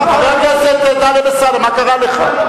חבר הכנסת טלב אלסאנע, מה קרה לך?